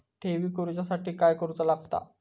ठेवी करूच्या साठी काय करूचा लागता?